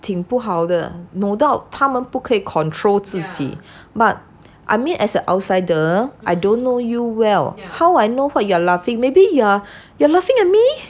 挺不好的 no doubt 他们不可以 control to see but I mean as an outsider I don't know you well how I know what you're laughing maybe you're you're laughing at me